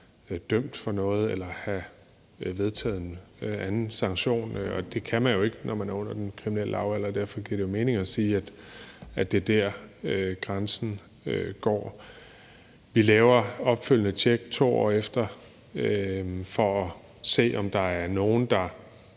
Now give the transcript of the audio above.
dømt for noget eller have modtaget en anden sanktion, og det kan man jo ikke, når man er under den kriminelle lavalder. Derfor giver det mening at sige, at det er der, grænsen går. Vi laver opfølgende tjek 2 år efter for at se, om der er nogen, der